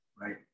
right